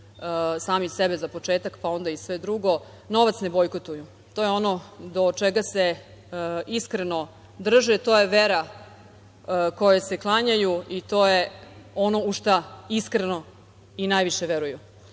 sami sebe, za početak, pa onda i sve drugo, novac ne bojkotuju. To je ono do čega se iskreno drže, to je vera kojoj se klanjaju i to je ono u šta iskreno i najviše veruju. Dakle,